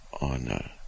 on